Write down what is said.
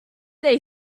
they